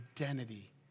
identity